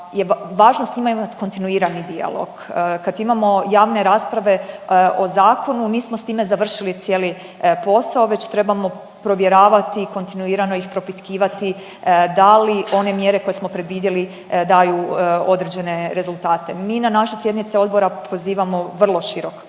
važnost ima imat kontinuirani dijalog. Kad imamo javne rasprave o zakonu nismo s time završili cijeli posao već trebamo provjeravati i kontinuirano ih propitkivati da li one mjere koje smo predvidjeli daju određene rezultate. Mi na naše sjednice odbora pozivamo vrlo širok